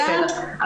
בסדר.